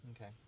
Okay